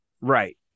Right